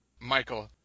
Michael